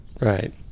Right